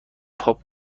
پاپ